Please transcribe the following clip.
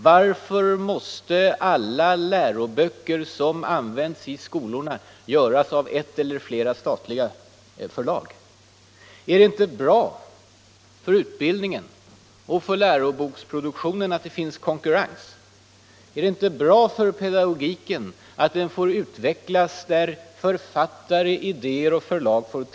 Varför måste alla läroböcker som används i skolorna göras av ett eller flera statliga förlag? Är det inte bra för utbildningen och för läroboksproduktionen att det finns konkurrens? Är det inte bra för pedagogiken att den får utvecklas i en tävlan mellan författare, idéer och förlag?